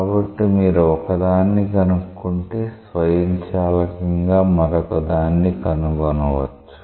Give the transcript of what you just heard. కాబట్టి మీరు ఒకదాన్ని కనుగొంటే స్వయంచాలకంగా మరొకదాన్ని కనుగొనవచ్చు